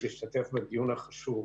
להשתתף בדיון החשוב.